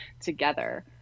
together